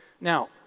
Now